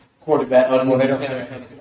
Quarterback